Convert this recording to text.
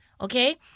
Okay